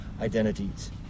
identities